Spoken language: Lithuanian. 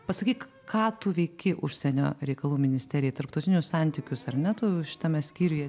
pasakyk ką tu veiki užsienio reikalų ministerijai tarptautinius santykius ar ne tu šitame skyriuje